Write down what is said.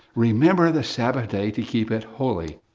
remember the sabbath day, to keep it holy.